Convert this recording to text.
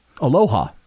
Aloha